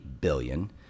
billion